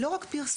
לא רק פרסום,